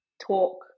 talk